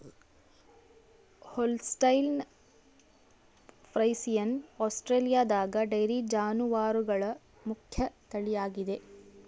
Holstein Friesian ಆಸ್ಟ್ರೇಲಿಯಾದಗ dairy ಜಾನುವಾರುಗಳ ಮುಖ್ಯ ತಳಿಯಾಗಿದೆ